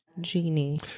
Genie